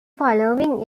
following